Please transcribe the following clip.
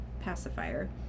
pacifier